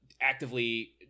actively